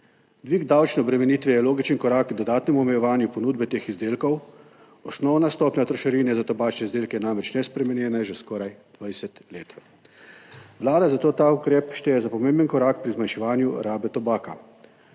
Dvig davčne obremenitve je logičen korak k dodatnemu omejevanju ponudbe teh izdelkov. Osnovna stopnja trošarine za tobačne izdelke je namreč nespremenjena že skoraj 20 let. Vlada zato ta ukrep šteje za pomemben korak pri zmanjševanju rabe tobaka.